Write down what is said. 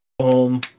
home